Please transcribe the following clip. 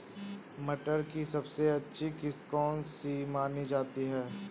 मटर की सबसे अच्छी किश्त कौन सी मानी जाती है?